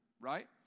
right